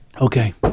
Okay